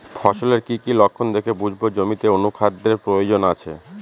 ফসলের কি কি লক্ষণ দেখে বুঝব জমিতে অনুখাদ্যের প্রয়োজন আছে?